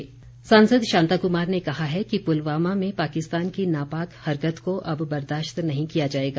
शांता कुमार सांसद शांता कुमार ने कहा है कि पुलवामा में पाकिस्तान की नापाक हरकत को अब बर्दाश्त नहीं किया जाएगा